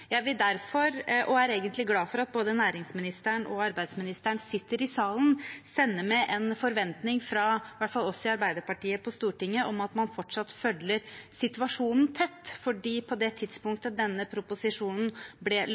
Jeg vil derfor – og jeg er glad for at både næringsministeren og arbeidsministeren sitter i salen – sende med en forventning fra i hvert fall oss i Arbeiderpartiet på Stortinget om at man fortsatt følger situasjonen tett, for når vi ser på det tidspunktet denne proposisjonen ble